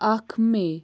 اکھ مے